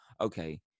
okay